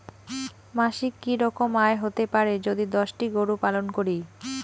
মাসিক কি রকম আয় হতে পারে যদি দশটি গরু পালন করি?